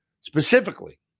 specifically